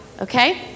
okay